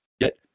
get